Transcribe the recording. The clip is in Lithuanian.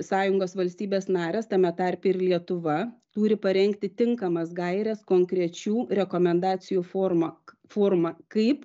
sąjungos valstybės narės tame tarpe ir lietuva turi parengti tinkamas gaires konkrečių rekomendacijų formą formą kaip